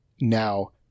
now